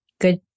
good